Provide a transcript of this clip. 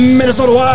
Minnesota